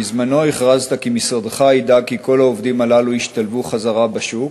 בזמנו הכרזת כי משרדך ידאג שכל העובדים הללו ישתלבו בחזרה בשוק,